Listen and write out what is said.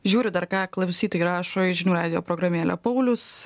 žiūriu dar ką klausytojai rašo į žinių radijo programėlę paulius